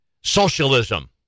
Socialism